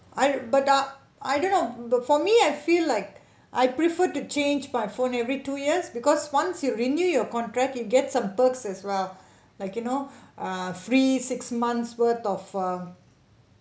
I but ah I don't know but for me I feel like I prefer to change my phone every two years because once you renew your contract you get some perks as well like you know ah free six months worth of a